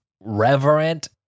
reverent